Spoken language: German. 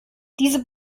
diese